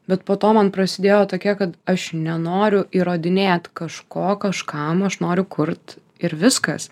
bet po to man prasidėjo tokie kad aš nenoriu įrodinėt kažko kažkam aš noriu kurt ir viskas